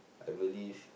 I believe